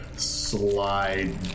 Slide